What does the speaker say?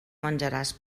menjaràs